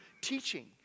teaching